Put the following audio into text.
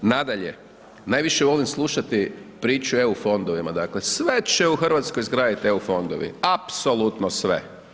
Nadalje, najviše volim slušati priču o EU fondovima, dakle, sve će u RH izgraditi EU fondovi, apsolutno sve.